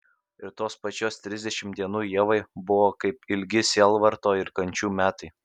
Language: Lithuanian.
ir tos pačios trisdešimt dienų ievai buvo kaip ilgi sielvarto ir kančių metai